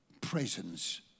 presence